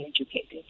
educated